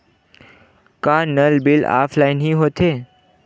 का नल bill offline हि होथे?